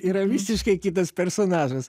yra visiškai kitas personažas